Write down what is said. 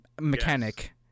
mechanic